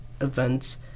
events